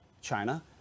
china